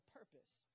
purpose